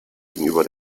gegenüber